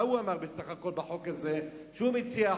מה הוא אמר בסך הכול בחוק הזה שהוא מציע?